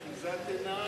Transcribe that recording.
זה אחיזת עיניים.